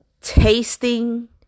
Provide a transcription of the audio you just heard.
tasting